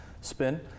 spin